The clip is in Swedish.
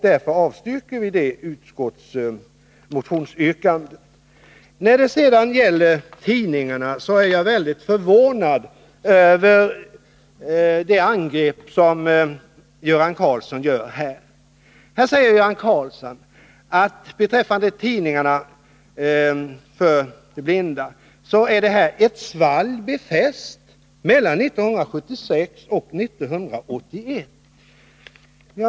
Därför avstyrker vi motionsyrkandet om ytterligare medel. När det sedan gäller tidningarna är jag mycket förvånad över det angrepp som Göran Karlsson gör. Han säger att det beträffande tidningarna för blinda är ett svalg befäst mellan 1976 och 1981.